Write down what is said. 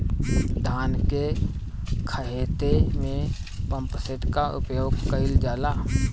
धान के ख़हेते में पम्पसेट का उपयोग कइल जाला?